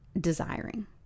desiring